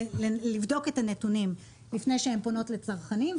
לבדוק את הנתונים לפני שהן פונות לצרכנים.